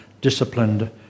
disciplined